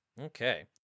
Okay